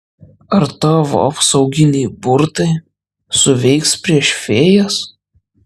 ar tavo apsauginiai burtai suveiks prieš fėjas